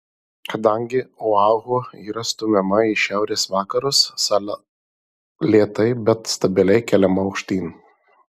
kadangi oahu yra stumiama į šiaurės vakarus sala lėtai bet stabiliai keliama aukštyn